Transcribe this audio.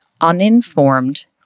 uninformed